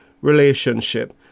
relationship